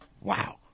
Wow